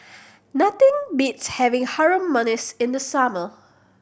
nothing beats having Harum Manis in the summer